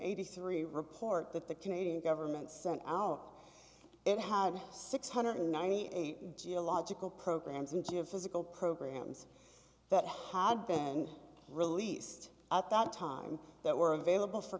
eighty three report that the canadian government sent out it had six hundred and ninety eight geological programs and you had physical programs that had been released at that time that were available for